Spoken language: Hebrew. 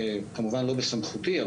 זה כמובן לא בסמכותי,